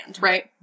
right